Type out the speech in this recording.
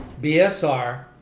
BSR